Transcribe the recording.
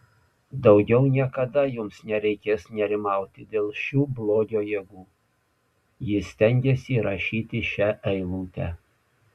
daugiau niekada jums nereikės nerimauti dėl šių blogio jėgų jis stengėsi įrašyti šią eilutę